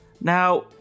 Now